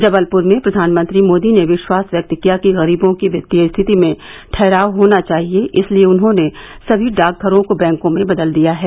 जबलपुर में प्रधानमंत्री मोदी ने विश्वास व्यक्त किया कि गरीबों की वित्तीय स्थिति में ठहराव होना चाहिए इसलिए उन्होंने समी डाक घरों को बैंकों में बदल दिया है